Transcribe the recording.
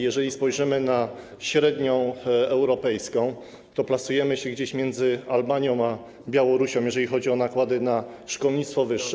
Jeżeli spojrzymy na średnią europejską, to plasujemy się gdzieś między Albanią a Białorusią, jeżeli chodzi o nakłady na szkolnictwo wyższe.